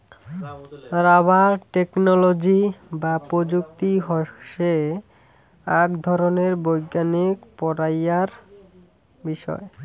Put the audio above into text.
rubber technology বা প্রযুক্তি হসে আক ধরণের বৈজ্ঞানিক পড়াইয়ার বিষয়